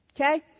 Okay